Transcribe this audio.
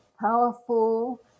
powerful